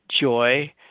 joy